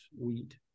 wheat